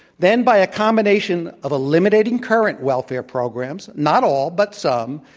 then by a combination of eliminating current welfare programs, not all but some,